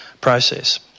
process